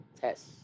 test